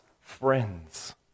friends